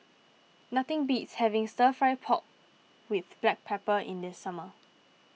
nothing beats having Stir Fry Pork with Black Pepper in the summer